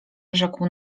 rzekł